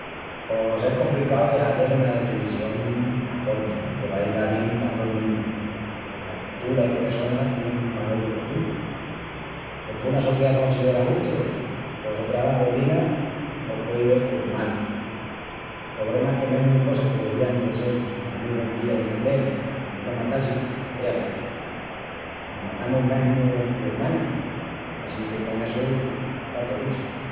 Pos es compricau de hazel una decisión acordi que vaiga bien pa tol mundu, porque ca coltura i pressona tien valoris destintus. Lo que una sociedá considera justu, pos otra vezina lo puei vel comu malu. El pobrema es que mesmu cosas que devían de sel comu mu cenzillas d'entendel comu el no matal-si pos ya ves, mos matamus mesmu dentri ermanus assinque con essu está to dichu.